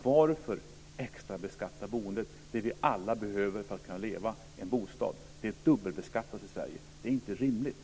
Varför extrabeskatta boendet? Vi behöver alla en bostad för att kunna leva. Boendet dubbelbeskattas i Sverige. Det är inte rimligt.